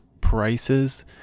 prices